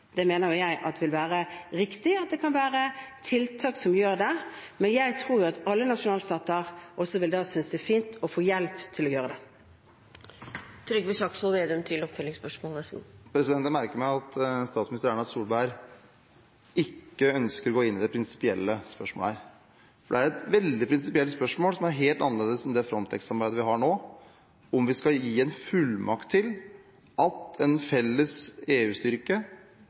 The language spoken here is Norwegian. Det mener jeg vil være riktig, at man gjennom tiltak kan gjøre det. Men jeg tror at alle nasjonalstater da vil synes det er fint å få hjelp til å gjøre det. Jeg merker meg at statsminister Erna Solberg ikke ønsker å gå inn i det prinsipielle spørsmålet her. For det er et veldig prinsipielt spørsmål, som er helt annerledes enn det Frontex-samarbeidet vi har nå – skal vi gi fullmakt til at en felles